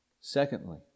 Secondly